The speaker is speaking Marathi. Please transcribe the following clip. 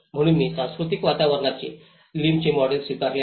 म्हणून मी सांस्कृतिक वातावरणाचे लिमचे मॉडेल स्वीकारले आहे